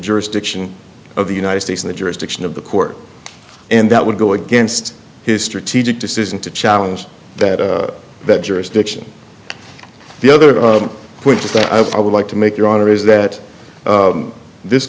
jurisdiction of the united states in the jurisdiction of the court and that would go against his strategic decision to challenge that that jurisdiction the other point is that i would like to make your honor is that this